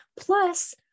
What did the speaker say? plus